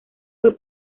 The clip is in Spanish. fue